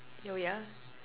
oh yeah